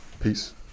Peace